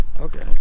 Okay